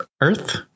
Earth